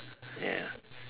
yeah